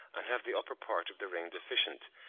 and have the upper part of the ring deficient,